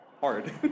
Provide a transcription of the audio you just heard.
hard